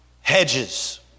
Hedges